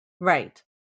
right